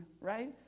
right